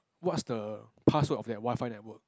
what's the password of that Wi-Fi network